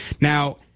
Now